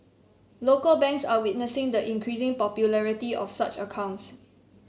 local banks are witnessing the increasing popularity of such accounts